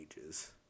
ages